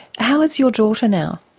how is your daughter now?